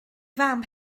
fam